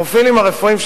הפרופילים הרפואיים,